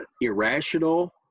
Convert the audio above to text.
irrational